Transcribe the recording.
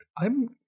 I'm-